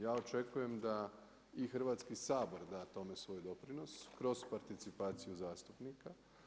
Ja očekujem da i Hrvatski sabor da tome svoj doprinos kroz participaciju zastupnika.